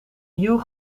hue